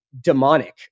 demonic